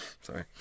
Sorry